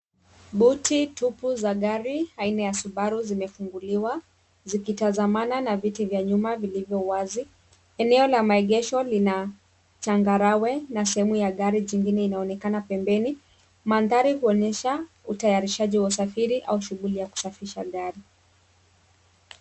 Boot tupu za gari ya aina ya subaru zimefunguliwa zikitazamana na viti vya nyuma vilivyo wazi eneo la maegesho lina changarawe na sehemu ya gari jingine inaonekana pembeni mandhari huonyesha utayarishaji wa usafiri au shughuli ya kusafisha gari.